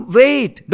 wait